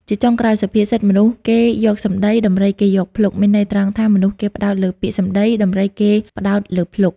ជាចុងក្រោយ សុភាសិត មនុស្សគេយកសម្តី ដំរីគេយកភ្លុក មានន័យត្រង់ថា មនុស្សគេផ្ដោតលើពាក្យសម្ដី ដំរីគេផ្ដោតលើភ្លុក។